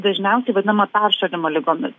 dažniausiai vadiname peršalimo ligomis